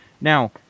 Now